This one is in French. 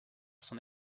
son